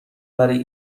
برای